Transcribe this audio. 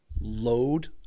load